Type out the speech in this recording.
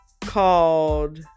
called